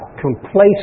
complacent